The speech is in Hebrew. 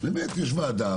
באמת יש ועדה,